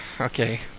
Okay